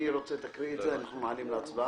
מירב, תקריאי את זה, אנחנו מעלים להצבעה.